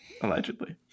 allegedly